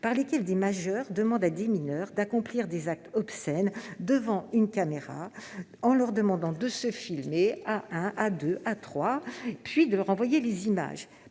par lesquels des majeurs demandent à des mineurs d'accomplir des actes obscènes devant une caméra, leur demandant de se filmer à un, à deux, à trois, puis de leur envoyer les images.